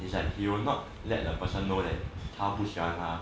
it's like he will not let the person know that 他不喜欢他